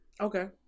okay